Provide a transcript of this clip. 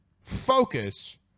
focus